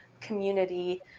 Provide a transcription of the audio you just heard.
community